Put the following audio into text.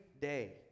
day